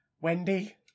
Wendy